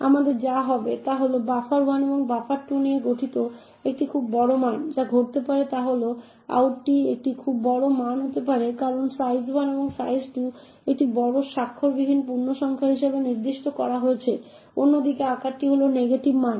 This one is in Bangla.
আমাদের যা হবে তা হল বাফার 1 এবং বাফার2 নিয়ে গঠিত একটি খুব বড় মান যা ঘটতে পারে তা হল আউটটি একটি খুব বড় মান হতে পারে কারণ সাইজ1 এবং সাইজ2 একটি বড় স্বাক্ষরবিহীন পূর্ণসংখ্যা হিসাবে নির্দিষ্ট করা হয়েছে অন্যদিকে আকার হল নেগেটিভ মান